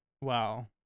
Wow